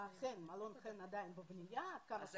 מלון חן עדיין בבנייה עד כמה שאני יודעת.